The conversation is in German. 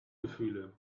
gefühle